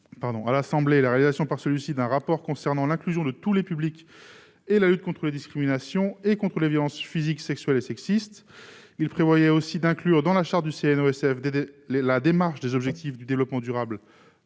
à l'Assemblée nationale la réalisation par celui-ci d'un rapport concernant l'inclusion de tous les publics ainsi que la lutte contre les discriminations et les violences physiques, sexuelles et sexistes. Il prévoyait aussi d'inclure dans la charte du CNOSF la démarche des objectifs de développement durable